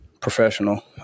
professional